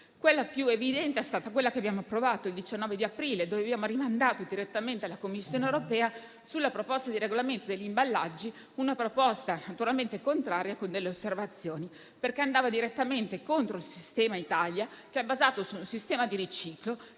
Il più evidente è stato quello che abbiamo approvato il 19 aprile, quando abbiamo inviato alla Commissione europea, sulla proposta di regolamento degli imballaggi, un parere naturalmente contrario con delle osservazioni, perché andava direttamente contro il sistema Italia, che è basato su un sistema di riciclo.